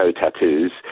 tattoos